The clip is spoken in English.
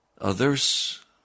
Others